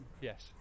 Yes